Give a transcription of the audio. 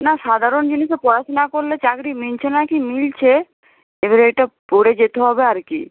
না সাধারণ জিনিসে পড়াশোনা করলে চাকরি মিলছে না কি মিলছে এবারে এটা পড়ে যেতে হবে আর কী